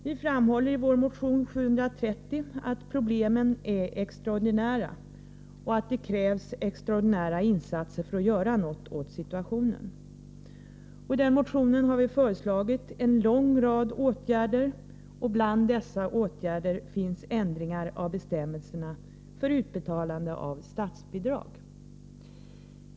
Vi framhåller i vår motion 730 att problemen är extraordinära och att det krävs extraordinära insatser för att man skall kunna göra något åt situationen. I motionen har vi föreslagit en lång rad åtgärder, och bland dessa finns ändringar av bestämmelserna för utbetalande av statsbidrag.